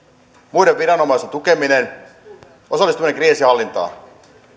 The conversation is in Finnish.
muiden viranomaisten tukeminen osallistuminen kriisinhallintaan